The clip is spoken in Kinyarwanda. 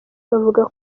bavuga